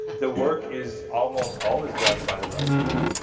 the work is almost always done by the lowest bidder.